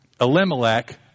Elimelech